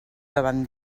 davant